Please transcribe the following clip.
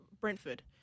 Brentford